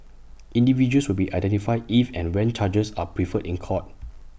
individuals will be identified if and when charges are preferred in court